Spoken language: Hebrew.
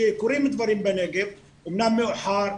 שקורים דברים בנגב אמנם מאוחר,